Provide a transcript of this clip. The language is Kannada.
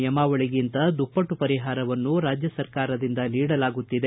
ನಿಯಮಾವಳಗಿಂತ ದುಪ್ಪಟ್ಲು ಪರಿಹಾರವನ್ನು ರಾಜ್ಯ ಸರ್ಕಾರದಿಂದ ನೀಡಲಾಗುತ್ತಿದೆ